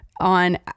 On